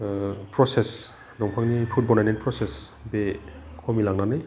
process दंफांनि फुट बनायनाय प्रसेस बे खमिलांनानै